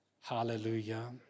Hallelujah